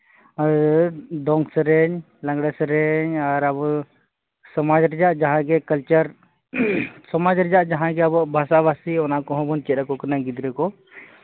ᱫᱚᱝ ᱥᱮᱨᱮᱧ ᱞᱟᱜᱽᱬᱮ ᱥᱮᱨᱮᱧ ᱟᱨ ᱟᱵᱚ ᱥᱚᱢᱟᱡᱽ ᱨᱮᱭᱟᱜ ᱡᱟᱦᱟᱸᱜᱮ ᱠᱟᱞᱪᱟᱨ ᱥᱚᱢᱟᱡᱽ ᱨᱮᱭᱟᱜ ᱡᱟᱦᱟᱸᱜᱮ ᱟᱵᱚᱣᱟᱜ ᱵᱷᱟᱥᱟᱼᱵᱷᱟᱥᱤ ᱚᱱᱟ ᱠᱚᱦᱚᱸᱵᱚᱱ ᱪᱮᱫ ᱟᱠᱚ ᱠᱟᱱᱟ ᱜᱤᱫᱽᱨᱟᱹ ᱠᱚ